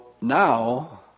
now